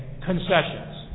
concessions